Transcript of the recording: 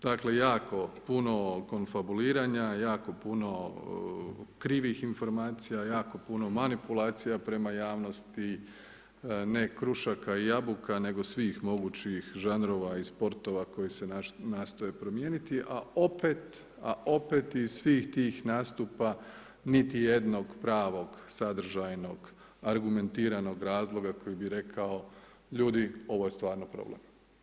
Dakle, jako puno konfabulirana, jako puno krivih informacija, jako puno manipulacija prema javnosti, ne krušaka i jabuka nego svih mogućih žanrova i sportova koji se nastoje promijeniti, a opet iz svih tih nastupa, niti jednog pravog sadržajnog argumentiranog razloga, koji bi rekao, ljudi, ovo je stvarno problem.